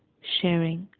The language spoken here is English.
sharing,